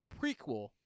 prequel